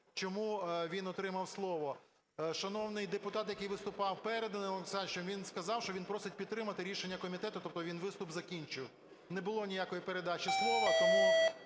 чому він отримав слово. Шановний депутат, який виступав перед Данилом Олександровичем, він сказав, що він просить підтримати рішення комітету, тобто він виступ закінчив, не було ніякої передачі слова. Тому